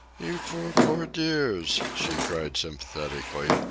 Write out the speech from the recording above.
you poor, poor dears, she cried sympathetically,